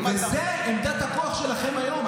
וזו עמדת הכוח שלכם היום.